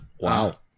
wow